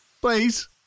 please